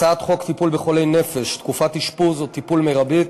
הצעת חוק טיפול בחולי נפש (תקופת אשפוז או טיפול מרבית),